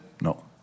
No